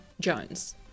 Jones